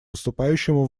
выступающему